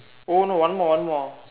oh no one more one more